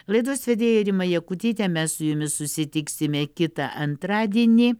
laidos vedėja rima jakutytė mes su jumis susitiksime kitą antradienį